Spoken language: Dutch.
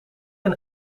een